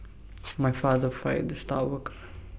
my father fired the star worker